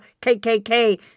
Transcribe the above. k-k-k